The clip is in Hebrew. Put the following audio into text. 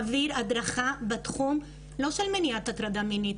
עצמו מעביר הדרכה בתחום לא של מניעת הטרדה מינית,